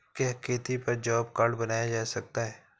क्या खेती पर जॉब कार्ड बनवाया जा सकता है?